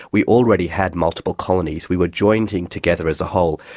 we already had multiple colonies, we were joined in together as a whole,